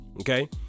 okay